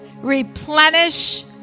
replenish